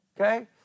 okay